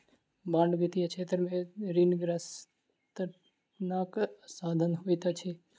bond वित्तीय क्षेत्र में ऋणग्रस्तताक साधन होइत अछि